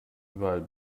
überall